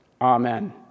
Amen